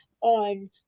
on